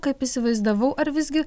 kaip įsivaizdavau ar visgi